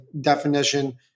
definition